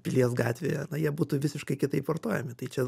pilies gatvėje jie būtų visiškai kitaip vartojami tai čia